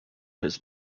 his